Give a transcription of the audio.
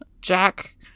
Jack